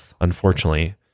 unfortunately